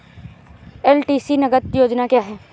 LTC नगद योजना क्या है?